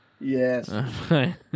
Yes